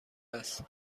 است